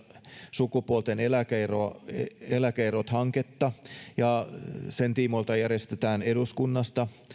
sukupuolten eläke erot eläke erot hanketta ja sen tiimoilta järjestetään eduskunnassa